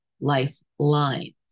lifeline